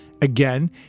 Again